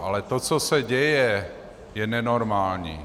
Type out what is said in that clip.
Ale to, co se děje, je nenormální.